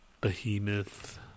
behemoth